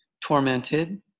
tormented